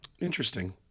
Interesting